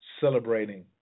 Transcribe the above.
celebrating